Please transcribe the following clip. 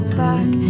back